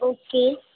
okay